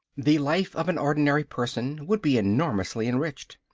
the life of an ordinary person would be enormously enriched.